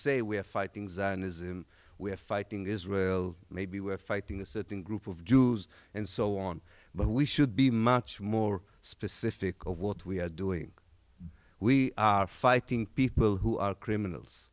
say we are fighting zionism we are fighting israel maybe we are fighting a certain group of jews and so on but we should be much more specific of what we are doing we are fighting people who are criminals